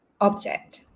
object